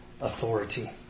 authority